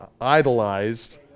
idolized